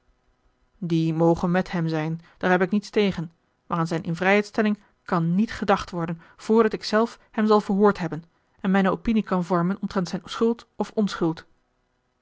die moge met hem zijn daar heb ik niets tegen maar aan zijne invrijheidstelling kan niet gedacht worden voordat ik zelf hem zal verhoord hebben en mijne opinie kan vormen omtrent zijne schuld of onschuld